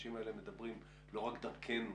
והאנשים האלה מדברים לא רק דרכנו